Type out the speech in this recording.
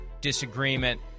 disagreement